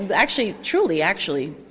but actually, truly actually,